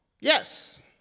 Yes